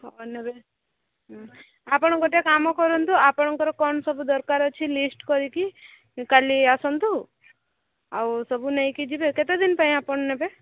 ଆପଣ ଗୋଟେ କାମ କରନ୍ତୁ ଆପଣଙ୍କର କ'ଣ ସବୁ ଦରକାର ଅଛି ଲିଷ୍ଟ୍ କରିକି କାଲି ଆସନ୍ତୁ ଆଉ ସବୁ ନେଇକି ଯିବେ କେତେ ଦିନ ପାଇଁ ଆପଣ ନେବେ